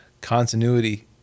continuity